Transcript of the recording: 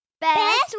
Best